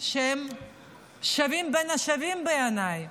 שהם שווים בין שווים בעיניי,